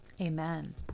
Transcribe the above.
Amen